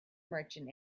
merchant